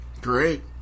Great